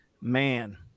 man